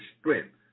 strength